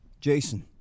Jason